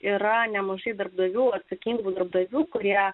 yra nemažai darbdavių atsakingų darbdavių kurie